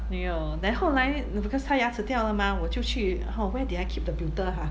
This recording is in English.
没有 then 后来 no because 她牙齿掉了 mah 我就去 oh where did I keep the pewter ha